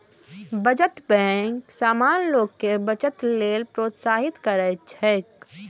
बचत बैंक सामान्य लोग कें बचत लेल प्रोत्साहित करैत छैक